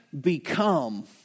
become